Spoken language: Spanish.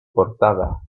portada